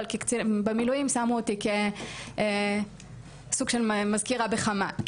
אבל במילואים שמו אותי כסוג של מזכירה בחמ"ל,